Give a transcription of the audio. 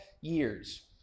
years